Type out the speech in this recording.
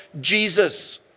Jesus